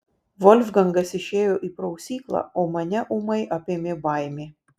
volfgangas išėjo į prausyklą o mane ūmai apėmė baimė